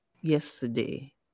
yesterday